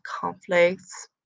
conflicts